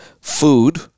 Food